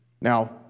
Now